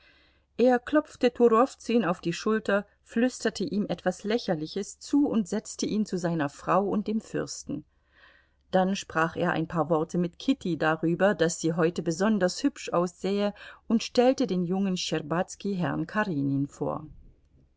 er klopfte turowzün auf die schulter flüsterte ihm etwas lächerliches zu und setzte ihn zu seiner frau und dem fürsten dann sprach er ein paar worte mit kitty darüber daß sie heute besonders hübsch aussähe und stellte den jungen schtscherbazki herrn karenin vor